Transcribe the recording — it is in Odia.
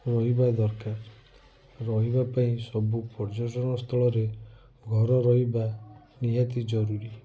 ରହିବା ଦରକାର ରହିବା ପାଇଁ ସବୁ ପର୍ଯ୍ୟଟନ ସ୍ଥଳରେ ଘର ରହିବା ନିହାତି ଜରୁରୀ